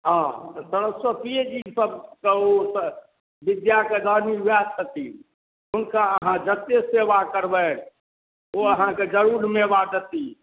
हाँ तऽ सरस्वतीये जी सँ सँ ओ बिद्या के दानी वएह छथिन हुनका अहाँ जते सेवा करबैनि ओ अहाँके जरूर मेवा दती